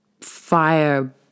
fire